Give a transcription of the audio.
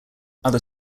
other